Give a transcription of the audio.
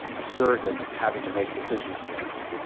a surrogate, having to make decisions for us,